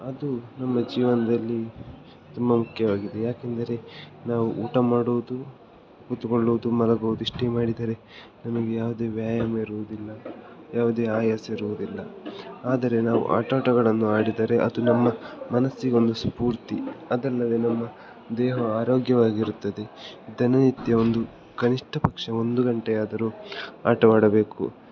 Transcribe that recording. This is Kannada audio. ಅದು ನಮ್ಮ ಜೀವನದಲ್ಲಿ ತುಂಬ ಮುಖ್ಯವಾಗಿದೆ ಯಾಕೆಂದರೆ ನಾವು ಊಟ ಮಾಡುವುದು ಕುತ್ಕೊಳ್ಳೋದು ಮಲಗೋದು ಇಷ್ಟೇ ಮಾಡಿದರೆ ನಮಗೆ ಯಾವುದೇ ವ್ಯಾಯಾಮ ಇರುವುದಿಲ್ಲ ಯಾವುದೇ ಆಯಾಸ ಇರುವುದಿಲ್ಲ ಆದರೆ ನಾವು ಆಟೋಟಗಳನ್ನು ಆಡಿದರೆ ಅದು ನಮ್ಮ ಮನಸ್ಸಿಗೊಂದು ಸ್ಫೂರ್ತಿ ಅದಲ್ಲದೆ ನಮ್ಮ ದೇಹವು ಆರೋಗ್ಯವಾಗಿರುತ್ತದೆ ದಿನನಿತ್ಯ ಒಂದು ಕನಿಷ್ಠ ಪಕ್ಷ ಒಂದು ಗಂಟೆಯಾದರೂ ಆಟವಾಡಬೇಕು